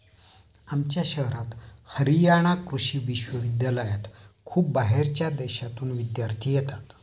आमच्या शहरात हरयाणा कृषि विश्वविद्यालयात खूप बाहेरच्या देशांतून विद्यार्थी येतात